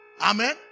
Amen